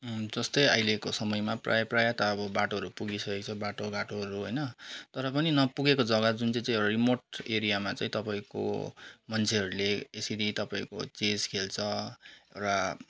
जस्तै अहिलेको समयमा प्रायः प्रायः त अब बाटोहरू पुगिसकेको छ बाटोघाटोहरू होइन तर पनि नपुगेको जग्गा जुन चाहिँ चाहिँ एउटा रिमोट एरियामा चाहिँ तपाईँको मान्छेहरूले यसरी तपाईँहरूको चेस खेल्छ र